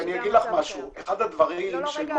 אחד הדברים הוא,